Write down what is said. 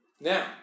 Now